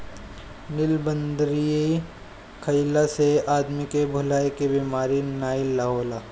नीलबदरी खइला से आदमी के भुलाए के बेमारी नाइ होला